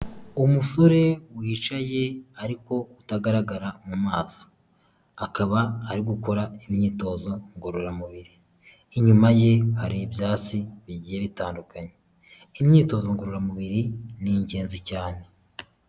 Umusore wicaye ariko utagaragara mu maso akaba ari gukora imyitozo ngororamubiri, inyuma ye hari ibyatsi hafi bigiye bitandukanye, imyitozo ngororamubiri ni ingenzi cyane.